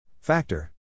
Factor